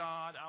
God